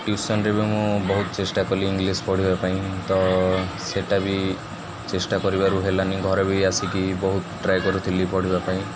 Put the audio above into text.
ଟିଉସନ୍ରେ ବି ମୁଁ ବହୁତ ଚେଷ୍ଟା କଲି ଇଂଲିଶ ପଢ଼ିବା ପାଇଁ ତ ସେଟା ବି ଚେଷ୍ଟା କରିବାରୁ ହେଲାନି ଘରେ ବି ଆସିକି ବହୁତ ଟ୍ରାଏ କରୁଥିଲି ପଢ଼ିବା ପାଇଁ